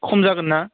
खम जागोन ना